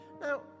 Now